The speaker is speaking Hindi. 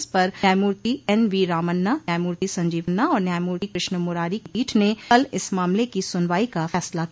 इस पर न्यायमूर्ति एन वी रामन्ना न्यायमूर्ति संजीव खन्ना और न्यायमूर्ति कृष्ण मुरारी की पीठ ने कल इस मामले की सुनवाई का फसला किया